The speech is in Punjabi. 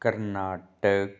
ਕਰਨਾਟਕ